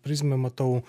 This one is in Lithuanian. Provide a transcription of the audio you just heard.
prizmę matau